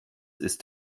ist